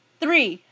three